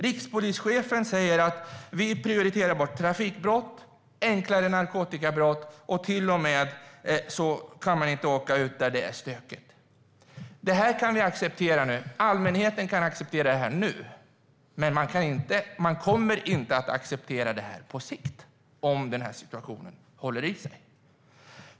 Rikspolischefen säger att de prioriterar bort trafikbrott och enklare narkotikabrott, och man kan inte åka ut där det är stökigt. Det här kan vi acceptera nu. Allmänheten kan acceptera det här nu, men man kommer inte att acceptera det på sikt om situationen håller i sig.